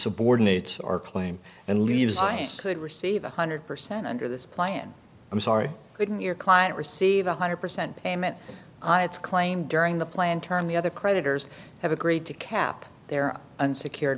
subordinates or claim and leaves i could receive a hundred percent under this plan i'm sorry couldn't your client receive one hundred percent payment it's claimed during the plan term the other creditors have agreed to cap their unsecured